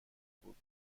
بود